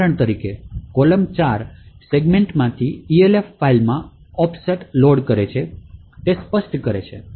તેથી ઉદાહરણ તરીકે કૉલમ 4 સેગમેન્ટમાંથી Elf ફાઇલમાં ઑફસેટ લોડ કરે છે તે સ્પષ્ટ કરે છે